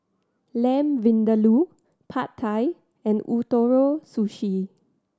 Lamb Vindaloo Pad Thai and Ootoro Sushi